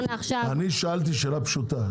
אני שאלתי שאלה פשוטה.